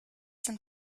sind